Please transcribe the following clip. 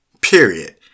period